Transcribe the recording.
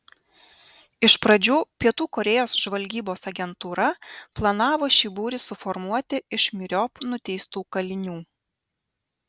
iš pradžių pietų korėjos žvalgybos agentūra planavo šį būrį suformuoti iš myriop nuteistų kalinių